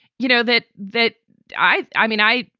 you know, that that i i mean, i.